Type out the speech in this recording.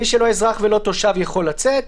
מי שלא אזרח ולא תושב יכול לצאת.